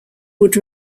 would